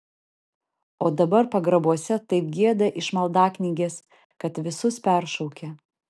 o dabar pagrabuose taip gieda iš maldaknygės kad visus peršaukia